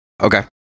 Okay